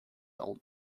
old